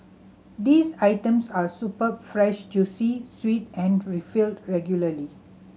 these items are superb fresh juicy sweet and refilled regularly